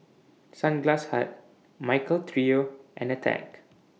Sunglass Hut Michael Trio and Attack